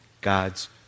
God's